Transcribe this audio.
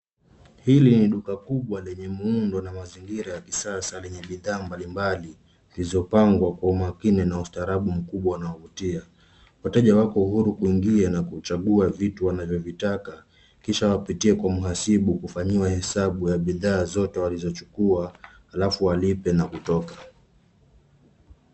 hili ni duka kubwa lenye muundo na mazingira ya kisasa lenye bidhaa mbalimbali zilizo pangwa kwa umakini na ustaarabu mkubwa unayovutia wateja wako huru kuingia na kuchagua vitu wanavyovitaka kisha wapitie kwa mhasibu kufanyiwa hesabu ya vitu vyote walizochukuwa alafu walipe na kutoka.